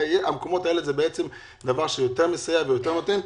המקומות האלה זה דבר יותר מסייע ונותן,